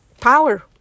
power